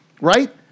right